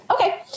okay